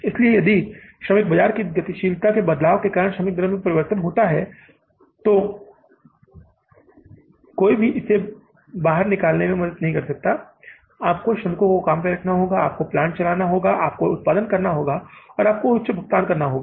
इसलिए यदि श्रमिक बाजार की गतिशीलता में बदलाव के कारण श्रमिक की दर में परिवर्तन होता है तो कोई भी इसे बाहर निकालने में मदद नहीं कर सकता है आपको श्रमिकों को काम पर रखना होगा आपको संयंत्रप्लांट चलाना होगा आपको उत्पादन के लिए जाना होगा और आपको उच्च भुगतान करना होगा